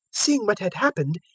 seeing what had happened,